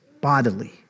bodily